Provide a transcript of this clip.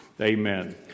Amen